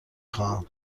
خواهم